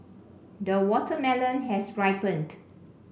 the watermelon has ripened